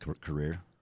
career